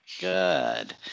Good